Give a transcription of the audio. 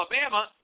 Alabama